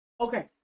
okay